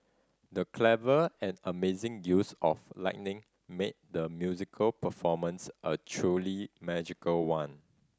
the clever and amazing use of lighting made the musical performance a truly magical one